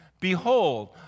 Behold